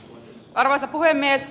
arvoisa puhemies